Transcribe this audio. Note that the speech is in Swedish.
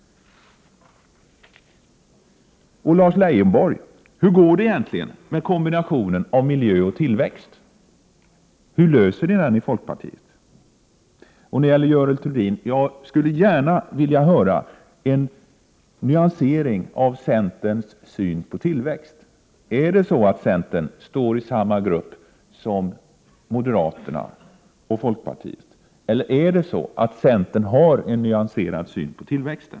Och, Lars Leijonborg, hur går det egentligen med kombinationen om miljö och tillväxt? Hur löser ni det problemet i folkpartiet? Från Görel Thurdin skulle jag gärna vilja höra en nyansering av centerns syn på tillväxt. Står centern i samma grupp som moderaterna och folkpartiet, eller har centern en nyanserad syn på tillväxten?